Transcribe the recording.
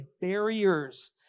barriers